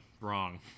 wrong